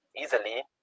easily